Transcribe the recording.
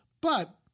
But-